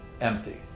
empty